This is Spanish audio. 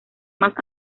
más